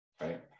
right